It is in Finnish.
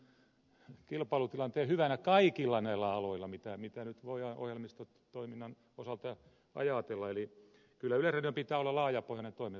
näen tämän kilpailutilanteen hyvänä kaikilla näillä aloilla mitä nyt voidaan ohjelmistotoiminnan osalta ajatella eli kyllä yleisradiolla pitää olla laajapohjainen toiminta